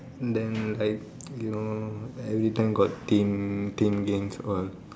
then like you know every time got team team games all